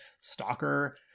Stalker